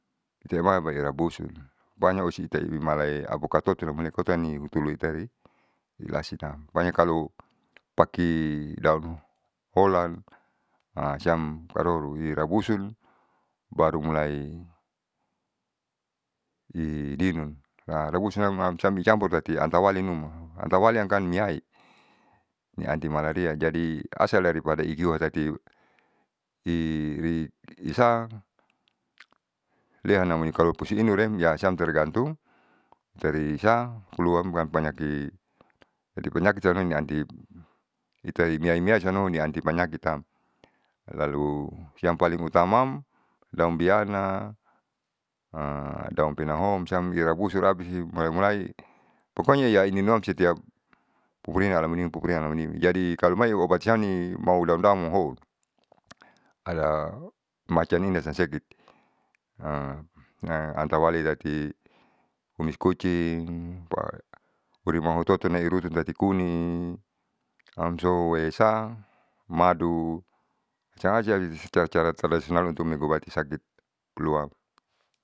Siamai mairabusun pokonya usatamle apukat totoale hutului itari ilasinam. Pokonya kalo pake daun olan siam karoro. Uirabusun baru mulai ininun harabusunam campur tati anwalinuma, antawalikan niaini, ni anti malaria jadi asal dari pada ijual tati i risa lianamoi kalo pusuinorem yasam tergantung teriisa tergantung iterisa luan bukan panyaki anti panyaki taunya anti itari miamiasa numa anti panyakitam. Lalu siam paling utamaam daun biana daun pinahong irabusun abis imurai murai pokomya iyaiminumam setiap pupurina alamanimi pupurina alamanimi. Jadi kalo mai obat siam mau daun daun hoon ada macam ninasaseketi antawalidati kumis kucing urimaimutotu nairuhi tati kuning amsou esa madu sangajai cara cara tradisional untuk mengobati sakit luap.